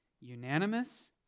unanimous